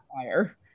fire